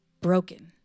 broken